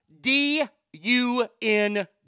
D-U-N